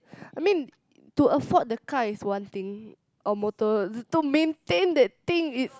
I mean to afford the car is one thing or motor to maintain that thing it's